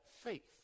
faith